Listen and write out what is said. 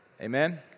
Amen